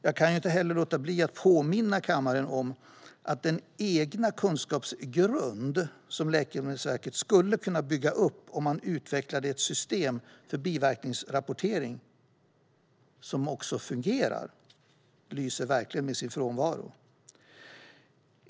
Jag kan inte heller låta bli att påminna kammaren om att den egna kunskapsgrund som Läkemedelsverket skulle kunna bygga upp om man utvecklade ett system för biverkningsrapportering som fungerar verkligen lyser med sin frånvaro.